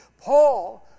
Paul